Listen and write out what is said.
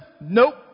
nope